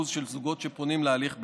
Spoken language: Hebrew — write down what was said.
30% בזוגות שפונים להליך בארץ.